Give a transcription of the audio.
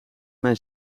mijn